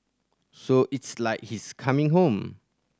so It's like he's coming home